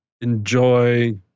enjoy